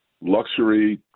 luxury